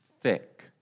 thick